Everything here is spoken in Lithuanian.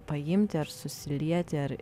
paimti ar susilieti ar